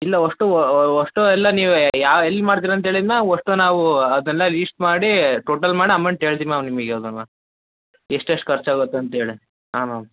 ಇಲ್ಲ ವೊಷ್ಟು ವೊಷ್ಟು ಎಲ್ಲ ನೀವೇ ಯಾವ ಎಲ್ಲಿ ಮಾಡ್ತೀರ ಅಂತ ಹೇಳಿದ ಮೇಲೆ ವೊಷ್ಟು ನಾವು ಅದನ್ನು ಲಿಸ್ಟ್ ಮಾಡಿ ಟೋಟಲ್ ಮಾಡಿ ಆಮೌಂಟ್ ಹೇಳ್ತೀವಿ ನಾವು ನಿಮಗದನ್ನು ಎಷ್ಟು ಎಷ್ಟು ಖರ್ಚು ಆಗುತ್ತೆ ಅಂತ ಹೇಳಿ ಹಾಂ ಮ್ಯಾಮ್